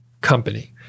company